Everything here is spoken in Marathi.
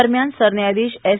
दरम्यान सरन्यायाधीश एस